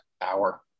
hour